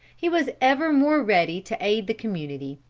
he was ever more ready to aid the community,